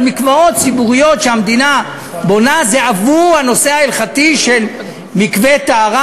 אבל מקוואות ציבוריים שהמדינה בונה זה עבור הנושא ההלכתי של מקווה טהרה,